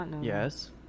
Yes